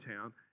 town